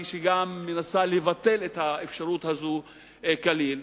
שהיא גם מנסה לבטל את האפשרות הזו כליל,